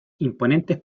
imponentes